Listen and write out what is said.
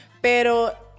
Pero